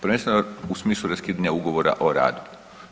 Prvenstveno u smislu raskidanja ugovora o radu.